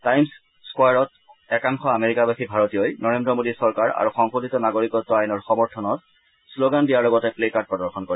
times স্থোৱাৰত একাংশ আমেৰিকাবাসী ভাৰতীয়ই নৰেন্দ্ৰ মোডী চৰকাৰ আৰু সংশোধিত নাগৰিকত্ব আইনৰ সমৰ্থনত শ্লগান দিয়াৰ লগতে গ্লেকাৰ্ড প্ৰদৰ্শন কৰে